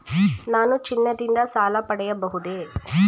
ನಾನು ಚಿನ್ನದಿಂದ ಸಾಲ ಪಡೆಯಬಹುದೇ?